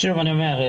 שוב אני אומר,